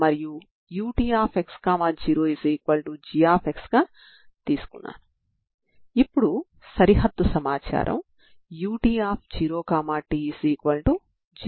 కాబట్టి ఇక్కడ కూడా మనం ఇలాంటి పరిష్కారాలను రూపొందించవచ్చు